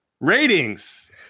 ratings